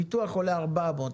הפיתוח עולה 400,000,